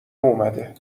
اومده